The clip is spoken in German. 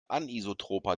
anisotroper